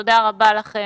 תודה רבה לכם.